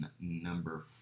number